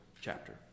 chapter